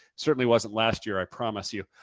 certainly wasn't last year, i promise you.